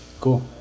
Cool